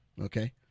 okay